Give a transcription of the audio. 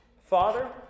Father